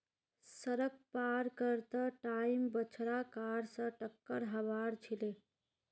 सड़क पार कर त टाइम बछड़ा कार स टककर हबार छिले